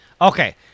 Okay